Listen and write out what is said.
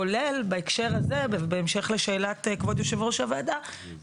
כולל בהקשר הזה בהמשך לשאלת כבוד יושב-ראש הוועדה,